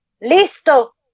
¡Listo